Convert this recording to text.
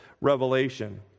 revelation